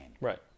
Right